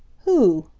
who?